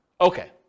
Okay